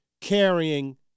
carrying